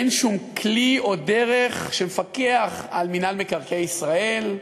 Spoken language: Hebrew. אין שום כלי או דרך לפקח על מינהל מקרקעי ישראל,